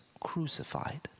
crucified